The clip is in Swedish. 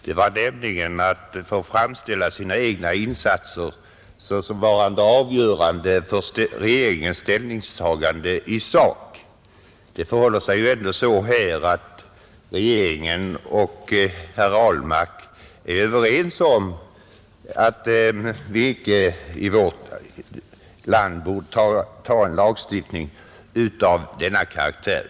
Den var att framställa sina egna insatser som avgörande för regeringens ställningstagande i sak. Emellertid förhåller det sig så att herr Ahlmark är överens med regeringen om att inte i vårt land godta en lagstiftning av den karaktär som det här är fråga om.